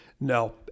No